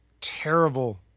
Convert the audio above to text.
terrible